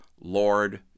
Lord